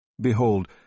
BEHOLD